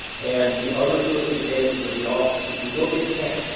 and the other circumstances of the office. if you look at canton,